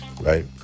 right